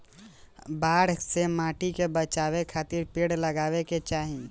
बाढ़ से माटी के बचावे खातिर पेड़ लगावे के चाही